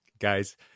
Guys